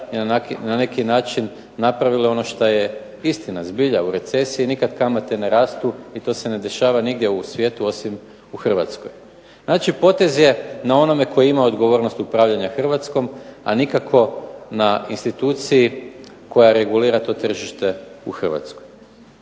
i na neki način napravile ono što je istina. Zbilja u recesiji nikad kamate ne rastu i to se ne dešava nigdje u svijetu osim u Hrvatskoj. Znači, potez je na onome tko ima odgovornost upravljanja Hrvatskom a nikako na instituciji koja regulira to tržište u Hrvatskoj.